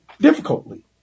difficultly